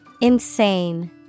Insane